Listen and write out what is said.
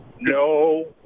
No